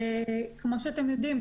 כמו שאתם יודעים,